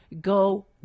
go